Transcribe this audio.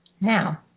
Now